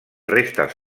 restes